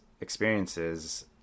experiences